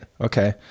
Okay